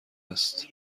است